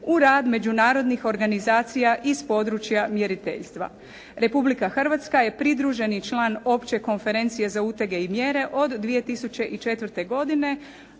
u rad međunarodnih organizacija iz područja mjeriteljstva. Republika Hrvatska je pridruženi član Opće konferencije za utege i mjere od 2004. godine